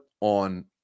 on